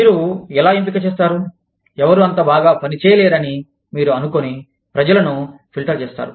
మీరు ఎలా ఎంపిక చేస్తారు ఎవరు అంత బాగా పని చేయలేరని మీరు అనుకొని ప్రజలను ఫిల్టర్ చేస్తారు